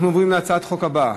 בעד, 31, נגד, 11, אין נמנעים.